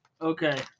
Okay